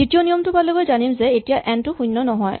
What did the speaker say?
দ্বিতীয় নিয়মটো পালেগৈ জানিম যে এতিয়া এন টো শূণ্য নহয়